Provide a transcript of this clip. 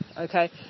Okay